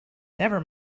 never